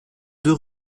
deux